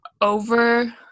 over